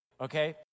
okay